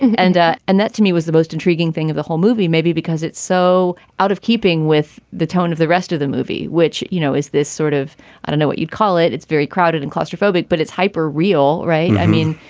and. and that, to me was the most intriguing thing of the whole movie, maybe because it's so out of keeping with the tone of the rest of the movie, which, you know, is this sort of i don't know what you'd call it. it's very crowded and claustrophobic, but it's hyper real. right. i mean,